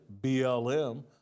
BLM